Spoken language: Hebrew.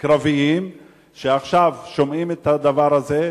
קרביים שעכשיו שומעים את הדבר הזה,